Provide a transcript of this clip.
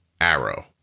arrow